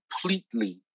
completely